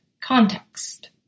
context